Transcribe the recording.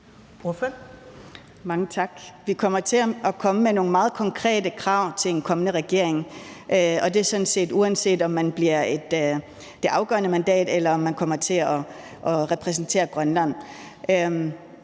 Mange tak. Vi kommer til at komme med nogle meget konkrete krav til en kommende regering, og det er sådan set, uanset om vi bliver det afgørende mandat, eller om vi kommer til at repræsentere Grønland.